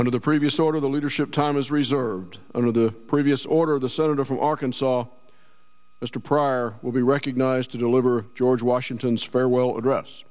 under the previous order the leadership time is reserved under the previous order of the senator from arkansas mr pryor will be recognized to deliver george washington's farewell address